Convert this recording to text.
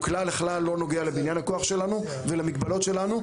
הוא כלל וכלל לא נוגע לבניין הכוח שלנו ולמגבלות שלנו,